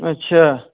اچھا